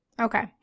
Okay